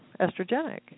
estrogenic